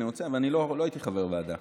אבל אני לא הייתי חבר ועדה.